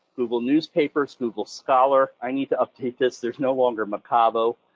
google newspapers, google scholar, i need to update this, there's no longer mocavo,